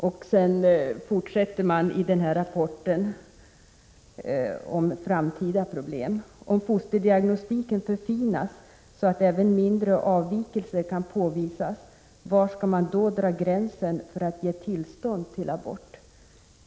I rapporten står vidare under rubriken Framtida problem: ”Om fosterdiagnostiken förfinas så att även mindre avvikelser kan påvisas, var skall man då dra gränsen för att ge tillstånd till abort?